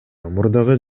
мурдагы